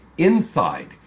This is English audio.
inside